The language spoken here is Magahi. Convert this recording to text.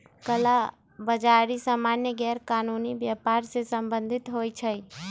कला बजारि सामान्य गैरकानूनी व्यापर से सम्बंधित होइ छइ